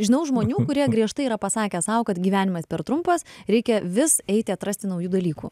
žinau žmonių kurie griežtai yra pasakę sau kad gyvenimas per trumpas reikia vis eiti atrasti naujų dalykų